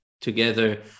together